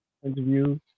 Interview